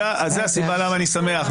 זו הסיבה למה אני שמח.